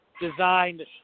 designed